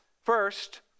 First